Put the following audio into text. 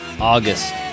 august